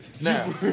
Now